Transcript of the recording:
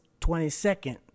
22nd